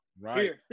Right